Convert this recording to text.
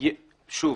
שוב,